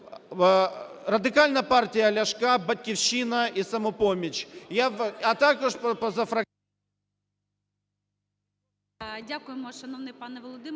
Радикальна партія Ляшка, "Батьківщина" і "Самопоміч".